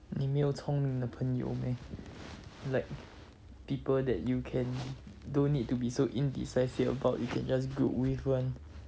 你没有聪明的朋友 meh like people that you can don't need to be so indecisive about you can just group with [one]